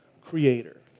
creator